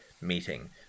meeting